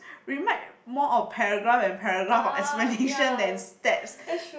we might more of paragraph and paragraph of explanation than steps